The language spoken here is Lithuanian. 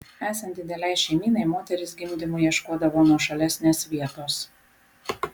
esant didelei šeimynai moterys gimdymui ieškodavo nuošalesnės vietos